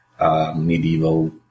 medieval